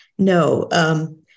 No